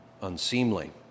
unseemly